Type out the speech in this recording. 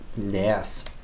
Yes